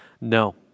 No